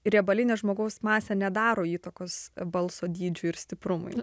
riebalinė žmogaus masė nedaro įtakos balso dydžiui ir stiprumui